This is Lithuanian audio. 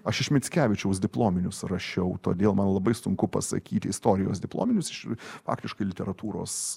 aš iš mickevičiaus diplominius rašiau todėl man labai sunku pasakyti istorijos diplominius iš faktiškai literatūros